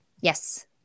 Yes